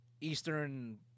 Eastern